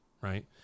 right